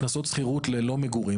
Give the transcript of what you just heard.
הכנסות שכירות ללא מגורים,